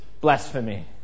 blasphemy